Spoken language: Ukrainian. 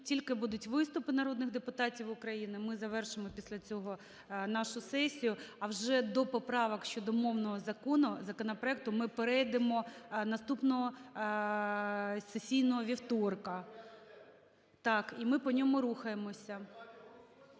тільки будуть виступи народних депутатів України, ми завершимо після цього нашу сесію, а вже до поправок щодо мовного закону, законопроекту, ми перейдемо наступного сесійного вівторка. (Шум у залі) Так, і ми по ньому рухаємося.